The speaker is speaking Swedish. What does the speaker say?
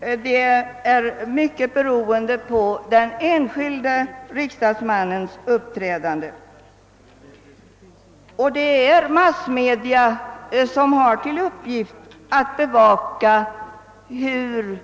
i hög grad beror på den enskilde riksdagsmannens beteende. Det är massmedia som har till uppgift att bevaka hur